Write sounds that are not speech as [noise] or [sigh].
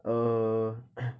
err [coughs]